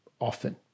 often